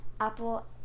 Apple